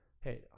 hey